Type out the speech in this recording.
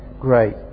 great